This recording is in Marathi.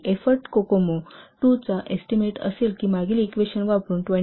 तर एफोर्ट कोकोमो 2 चा एस्टीमेट असेल की मागील इक्वेशन वापरुन 28